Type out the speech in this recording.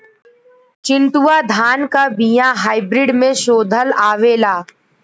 चिन्टूवा धान क बिया हाइब्रिड में शोधल आवेला?